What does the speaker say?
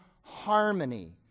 harmony